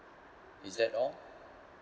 is that all